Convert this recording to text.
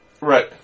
Right